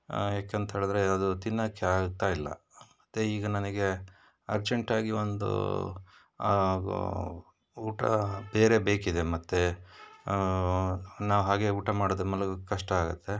ಯಾಕಂತ ಹೇಳಿದ್ರೆ ಅದು ತಿನ್ನಕ್ಕೆ ಆಗ್ತಾ ಇಲ್ಲ ಮತ್ತು ಈಗ ನನಗೆ ಅರ್ಜೆಂಟಾಗಿ ಒಂದು ಊಟ ಬೇರೆ ಬೇಕಿದೆ ಮತ್ತು ನಾನು ಹಾಗೆ ಊಟ ಮಾಡದೆ ಮಲಗೋದು ಕಷ್ಟ ಆಗತ್ತೆ